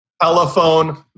telephone